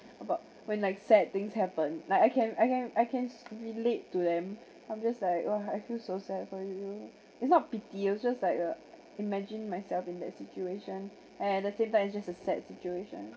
about when like sad things happen like I can I can I can relate to them I'm just like !wah! I feel so sad for you it's not pity it was like a imagine myself in that situation and the same time it's just a sad situation